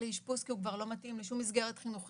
לאשפוז כי הוא כבר לא מתאים לשום מסרת חינוכית